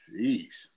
jeez